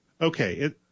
Okay